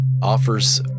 offers